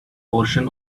portion